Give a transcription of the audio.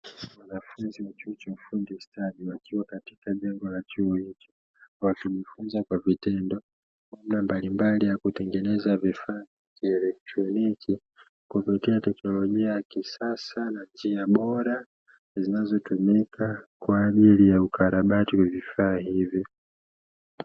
Wanafunzi wa chuo cha ufundi stadi wakiwa katika jengo la chuo hicho, wakijifunza kwa vitendo namna mbalimbali ya kutengeneza vifaa vya kielektroniki, kupitia teknolojia ya kisasa na njia bora zinazotumika kwa ajili ya ukarabati wa vifaa hivyo.